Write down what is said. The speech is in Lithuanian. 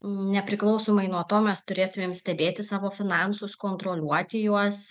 nepriklausomai nuo to mes turėtumėm stebėti savo finansus kontroliuoti juos